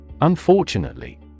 Unfortunately